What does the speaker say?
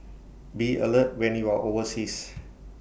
be alert when you are overseas